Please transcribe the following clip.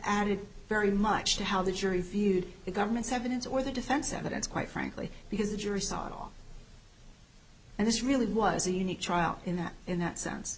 added very much to how the jury feel the government's evidence or the defense evidence quite frankly because the jury saw it all and this really was a unique trial in that in that sense